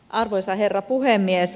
arvoisa herra puhemies